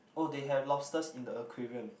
oh they have lobsters in the aquarium